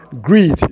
greed